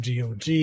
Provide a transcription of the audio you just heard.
GOG